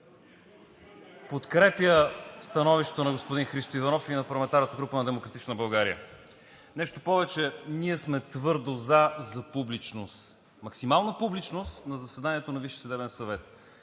подкрепя становището на господин Христо Иванов и на парламентарната група на „Демократична България“. Нещо повече – ние сме твърдо „за“ за публичност, максимална публичност на заседанието на